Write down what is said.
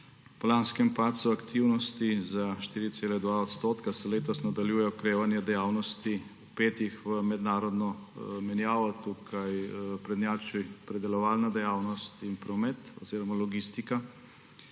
Po lanskem padcu aktivnosti za 4,2 odstotka se letos nadaljuje okrevanje dejavnosti, vpetih v mednarodno menjavo, tukaj prednjačita predelovalna dejavnost in promet oziroma logistika.